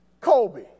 Colby